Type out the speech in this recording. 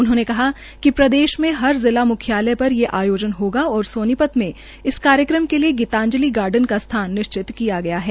उन्होंने कहा कि प्रदेश मे हर जिला मुख्यालय पर ये आयोजन होगा और सोनीपत में इस कार्यक्रम के लिये गीताजंति गार्डन का स्थान निश्चित किया गया है